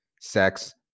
sex